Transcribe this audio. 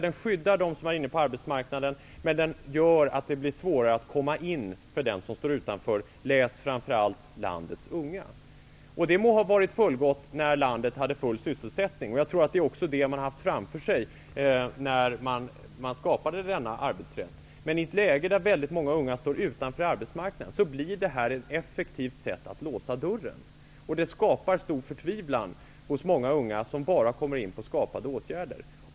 Den skyddar dem som är inne på arbetsmarknaden, men den gör att det blir svårare att komma in för dem som står utanför, framför allt landets unga. Det må ha varit fullgott när landet hade full sysselsättning. Jag tror att det är detta man haft framför sig när man skapade denna arbetsrätt. Men i ett läge där väldigt många unga står utanför arbetsmarknaden blir detta ett effektivt sätt att låsa dörren. Det skapar stor förtvivlan hos många unga som bara kommer in på skapade åtgärder.